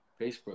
Facebook